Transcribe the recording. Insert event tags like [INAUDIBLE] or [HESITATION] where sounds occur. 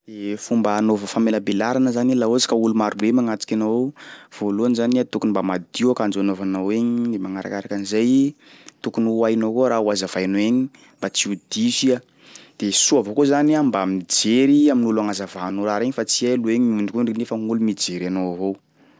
[HESITATION] Fomba anaova famelabelarana zany, laha ohatsy ka olo maro be magnatsiky anao ao voalohany zany a, tokony mba madio akanjo anaovanao egny de magnarakaraka an'zay tokony ho hainao koa raha ho azavainao egny mba tsy ho diso iha de soa avao koa zany a mba mijery amin'olo agnazavanao raha regny fa tsy hay loha igny miondrikondriky nefa gn'olo mijery anao avao.